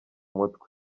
mutwe